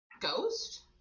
ghost